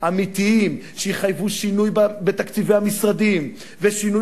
שיחייבו שינוי בתקציבי המשרדים ושינוי